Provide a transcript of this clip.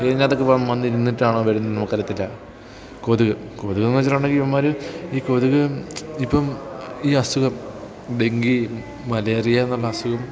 ഏതിനകതൊക്കെ ഇവൻ വന്നിരുന്നിട്ടാണോ വരുന്നതെന്നു നമുക്കറിയത്തില്ല കൊതുക് കൊതുകെന്നു വെച്ചിട്ടുണ്ടെങ്കിൽ ഇവന്മാർ ഈ കൊതുക് ഇപ്പം ഈ അസുഖം ഡെങ്കി മലേറിയ എന്നുള്ള അസുഖം